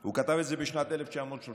הוא כתב את זה בשנת 1932,